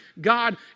God